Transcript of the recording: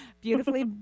beautifully